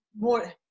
more